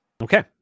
Okay